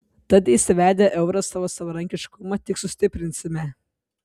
tad įsivedę eurą savo savarankiškumą tik sustiprinsime